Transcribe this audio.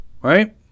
right